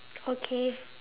okay